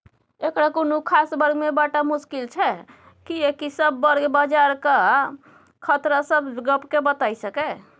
एकरा कुनु खास वर्ग में बाँटब मुश्किल छै कियेकी सब वर्ग बजारक खतरा के सब गप के बताई सकेए